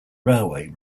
railway